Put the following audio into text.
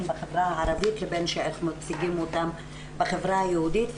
בחברה הערבית לבין איך שמציגים אותם בחברה היהודית.